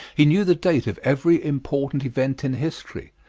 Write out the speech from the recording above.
he knew the date of every important event in history,